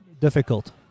difficult